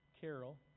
Carol